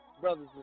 Brothers